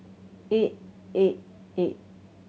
eight eight eight